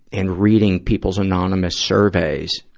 and reading people's anonymous surveys,